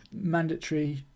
mandatory